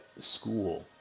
school